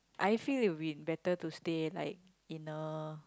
I feel it would be better to stay in like in a